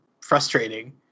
frustrating